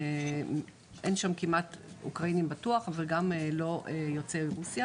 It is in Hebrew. אין שם אוקראינים בטוח וגם לא יוצאי רוסיה,